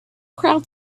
crowd